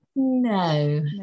no